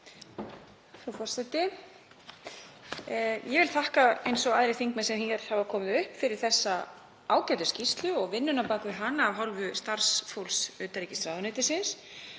forseti. Ég vil þakka, eins og aðrir þingmenn sem hér hafa komið upp, fyrir þessa ágætu skýrslu og vinnuna á bak við hana af hálfu starfsfólks utanríkisráðuneytisins.